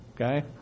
okay